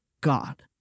God